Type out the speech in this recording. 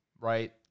right